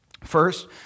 first